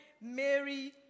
Mary